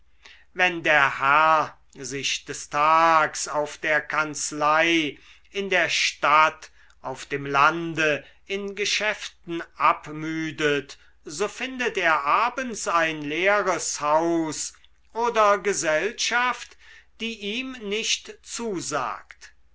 wenn der herr sich des tags auf der kanzlei in der stadt auf dem lande in geschäften abmüdet so findet er abends ein leeres haus oder gesellschaft die ihm nicht zusagt